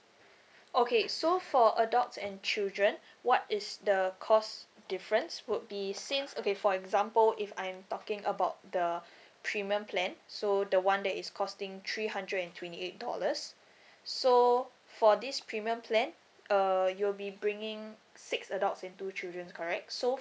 okay so for adults and children what is the cost difference would be since okay for example if I'm talking about the premium plan so the one that is costing three hundred and twenty eight dollars so for this premium plan uh you'll be bringing six adults and two children correct so